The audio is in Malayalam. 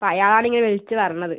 അപ്പോൾ അയാളാണിങ്ങനെ വിളിച്ച് പറഞ്ഞത്